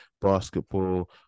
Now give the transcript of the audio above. basketball